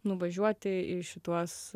nuvažiuoti į šituos